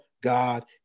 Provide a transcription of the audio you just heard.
God